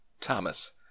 Thomas